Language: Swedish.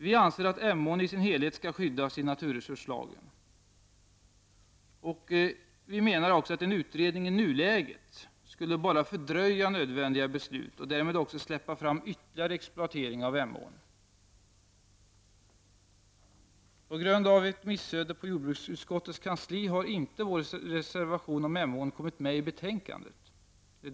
Vi anser att Emån i sin helhet skall skyddas i naturresurslagen. En utredning i nuläget skulle bara fördröja nödvändiga beslut och därmed också släppa fram ytterligare exploatering av Emån. På grund av ett missöde på jordbruksutskottets kansli har inte vår reservation om Emån kommit med i betänkandet.